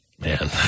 Man